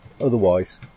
otherwise